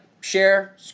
share